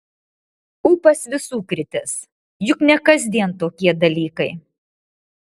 ūpas visų kritęs juk ne kasdien tokie dalykai